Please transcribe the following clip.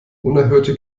unerhörte